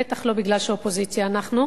בטח לא מפני שאופוזיציה אנחנו,